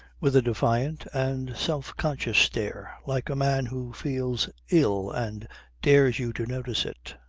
with a defiant and self-conscious stare, like a man who feels ill and dares you to notice it.